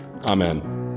Amen